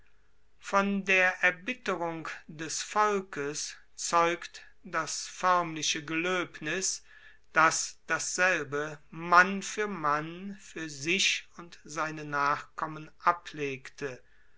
von der erbitterung des volkes zeugt das foermliche geloebnis das dasselbe mann fuer mann fuer sich und seine nachkommen ablegte